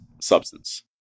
substance